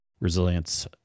Resilience